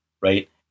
right